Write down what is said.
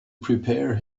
prepare